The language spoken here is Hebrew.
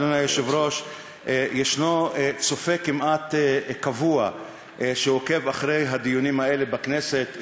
אדוני היושב-ראש: יש צופה כמעט קבוע שעוקב אחרי הדיונים האלה בכנסת,